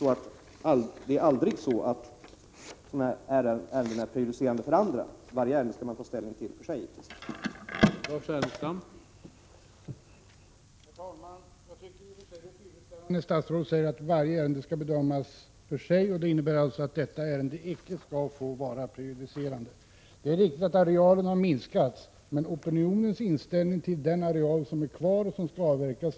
Det är vidare aldrig så att beslut i sådana här ärenden är prejudicerande — man skall givetvis ta ställning till varje ärende för sig.